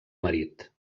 marit